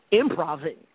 Improving